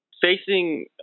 Facing